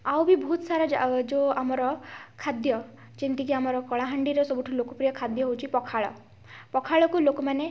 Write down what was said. ଆଉ ବି ବହୁତ ସାରା ଯେଉଁ ଆମର ଖାଦ୍ୟ ଯେମିତିକି ଆମର କଳାହାଣ୍ଡିର ସବୁଠୁ ଲୋକ ପ୍ରିୟ ଖାଦ୍ୟ ହେଉଛି ପଖାଳ ପଖାଳକୁ ଲୋକମାନେ